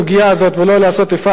ולא לעשות איפה ואיפה.